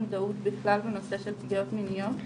מודעות בכלל על נושא של פגיעות מיניות.